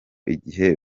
igihe